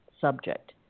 subject